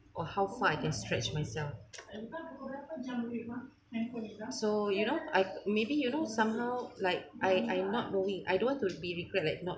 or how far I can stretch myself so you know I maybe you know somehow like I I'm not knowing I don't want to be regret like not